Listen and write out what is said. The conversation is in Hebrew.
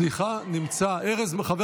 חבר